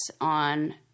on